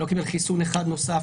לא קיבל חיסון אחד נוסף,